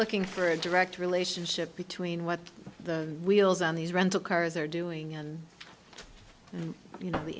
looking for a direct relationship between what the wheels on these rental cars are doing and you know the